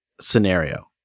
scenario